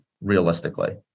realistically